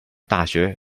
大学